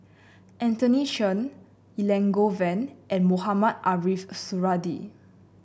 Anthony Chen Elangovan and Mohamed Ariff Suradi